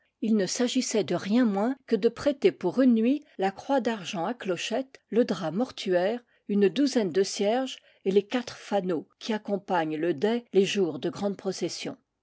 il ne s'agissait de rien moins que de prêter pour une nuit la croix d'argent à clo chettes le drap mortuaire une douzaine de cierges et les quatre fanaux qui accompagnent le dais les jours de grande procession